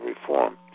reform